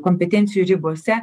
kompetencijų ribose